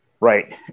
right